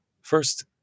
first